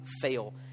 fail